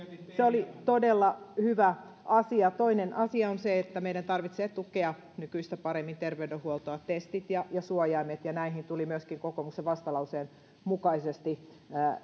oli todella hyvä asia toinen asia on se että meidän tarvitsee tukea nykyistä paremmin terveydenhuoltoa ja testeihin ja suojaimiin tuli myöskin kokoomuksen vastalauseen mukaisesti